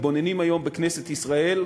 מתבוננים היום בכנסת ישראל,